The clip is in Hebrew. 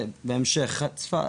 להמשך עד צפת.